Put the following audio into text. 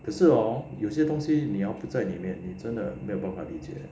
可是 hor 有些东西你要不在里面你真的没有办法理解的